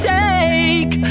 take